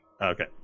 Okay